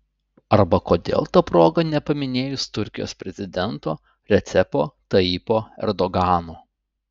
arba kodėl ta proga nepaminėjus turkijos prezidento recepo tayyipo erdogano